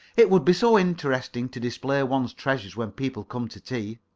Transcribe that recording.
it would be so interesting to display one's treasures when people came to tea.